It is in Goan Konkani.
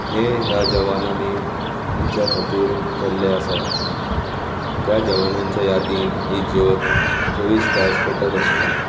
हें ह्या जवानांनी आमचे खातीर केल्लें आसा त्या जवानांच्या यादीन ही ज्योत चोवीस तास पेटत आसता